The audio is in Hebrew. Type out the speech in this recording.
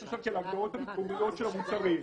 יש הגדרות המיקום והגדרות של המוצרים.